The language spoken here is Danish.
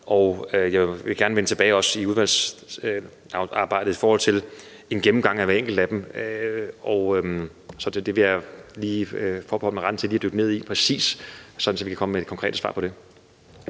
Jeg vil gerne vende tilbage også i udvalgsarbejdet i forhold til en gennemgang af hvert enkelt af dem. Så jeg vil lige forbeholde mig retten til at dykke præcist ned i det, så vi kan komme med de konkrete svar på det.